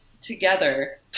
together